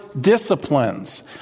disciplines